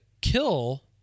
kill